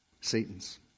Satan's